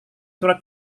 surat